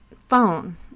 phone